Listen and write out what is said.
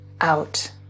out